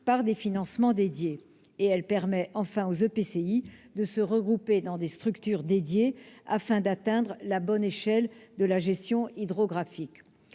par des financements dédiés ; elle permet en outre aux EPCI de se regrouper dans des structures dédiées, afin d'atteindre la bonne échelle de gestion hydrographique.